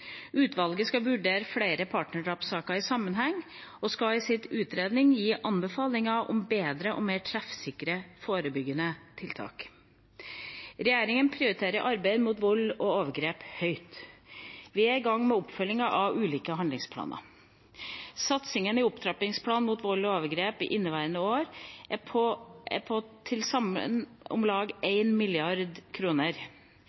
Utvalget skal vurdere flere partnerdrapssaker i sammenheng og skal i sin utredning gi anbefalinger om bedre og mer treffsikre forebyggende tiltak. Regjeringa prioriterer arbeidet mot vold og overgrep høyt. Vi er i gang med oppfølgingen av ulike handlingsplaner. Satsingen i opptrappingsplanen mot vold og overgrep i inneværende år er på til sammen om lag